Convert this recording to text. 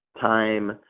time